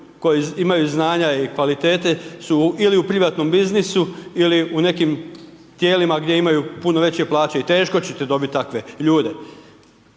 koji imaju znanja i kvalitete su ili u privatnom biznisu ili u nekim tijelima gdje imaju puno veće plaće i teško ćete dobit takve ljude